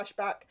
flashback